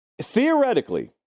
Theoretically